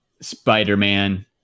Spider-Man